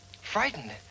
Frightened